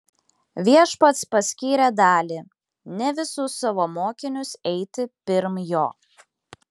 viešpats paskyrė dalį ne visus savo mokinius eiti pirm jo